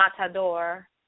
Matador